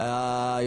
מירי,